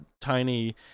tiny